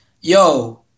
Yo